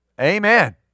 Amen